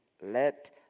Let